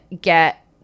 get